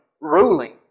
Ruling